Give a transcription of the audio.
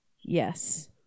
Yes